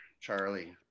Charlie